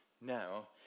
Now